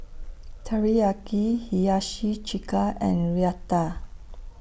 Teriyaki Hiyashi Chuka and Raita